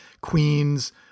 Queens